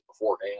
beforehand